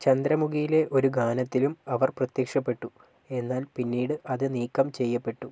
ചന്ദ്രമുഖിയിലെ ഒരു ഗാനത്തിലും അവർ പ്രത്യക്ഷപ്പെട്ടു എന്നാൽ പിന്നീട് അത് നീക്കം ചെയ്യപ്പെട്ടു